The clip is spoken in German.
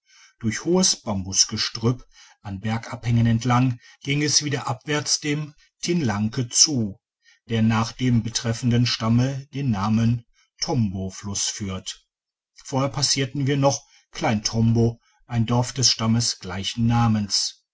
durch hohes bambusgestrtipp an bergabhängen entlang ging es wieder abwärts dem tinlanke zu der nach dem betreffenden stamme den namen tombofluss führt vorher passierten wir noch klein tombo ein dorf des stammes gleichen namens